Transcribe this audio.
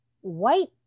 white